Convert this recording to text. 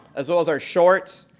as well as our shorts,